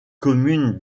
commune